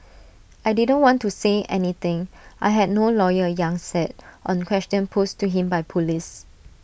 I didn't want to say anything I had no lawyer yang said on questions posed to him by Police